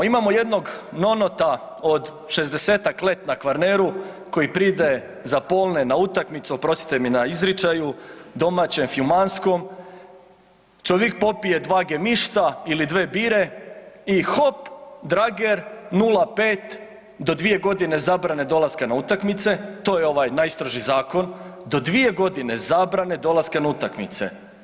Imamo jednog nonota od 60-ak let na Kvarneru koji pride zapolne na utakmicu, oprostite mi na izričaju, domaćem, fiumanskom, čovik popije dva gemišta ili dve bire i hop, drager 0,5 do 2 g. zabrane dolaska na utakmice, to je ovaj najstroži zakon, do 2 g. zabrane dolaska na utakmice.